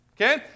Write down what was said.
Okay